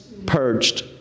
Purged